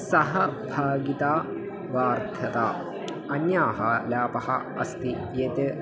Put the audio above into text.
सहभागिता वर्धिता अन्यः लाभः अस्ति यत्